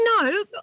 no